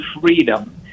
freedom